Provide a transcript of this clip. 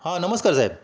हां नमस्कार साहेब